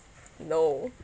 no